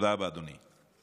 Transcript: תודה רבה, אדוני.